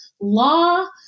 law